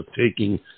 taking